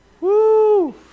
Woo